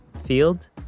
field